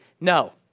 No